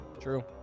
True